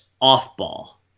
off-ball